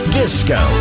disco